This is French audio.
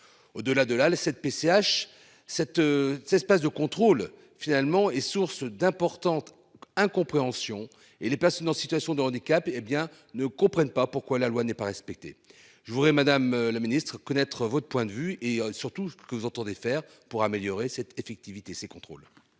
Au delà de la la cette PCH cette ça se passe de contrôle finalement est source d'importantes incompréhension et les personnes en situation de handicap, hé bien ne comprennent pas pourquoi la loi n'est pas respectée. Je voudrais Madame le Ministre connaître votre point de vue et surtout que vous entendez faire pour améliorer cette effectivité ces contrôles.